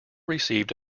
received